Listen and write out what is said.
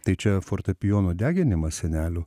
tai čia fortepijono deginimas senelių